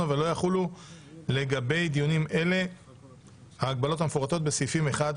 ולא יחולו לגבי דיונים אלה ההגבלות המפורטות בסעיפים 1,